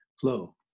flow